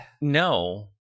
No